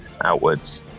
outwards